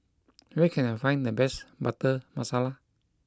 where can I find the best Butter Masala